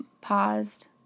paused